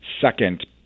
second